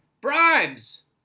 Bribes